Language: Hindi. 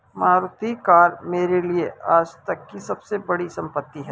मारुति कार मेरे लिए आजतक की सबसे बड़ी संपत्ति है